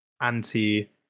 anti